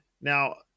Now